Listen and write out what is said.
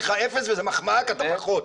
קראתי לך אפס וזה מחמאה כי אתה פחות.